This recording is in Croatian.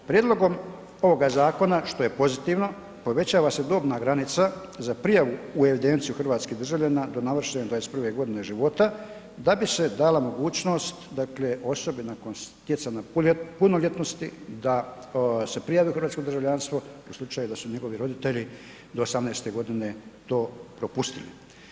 Prijedlogom ovoga zakona što je pozitivni, povećava se dobna granica za prijavu u evidenciju hrvatskih državljana do navršene 21 godine života da bi se dala mogućnost dakle osobi nakon stjecanja punoljetnosti da se prijavi u hrvatsko državljanstvo u slučaju da su njegovi roditelji do 18 godine to propustili.